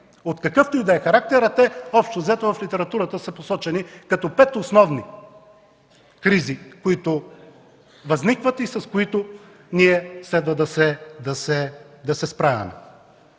от какъвто и да е характер, а те общо взето в литературата са посочени като пет основни кризи, които възникват и с които ние следва да се справяме.